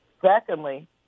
Secondly